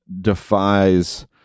defies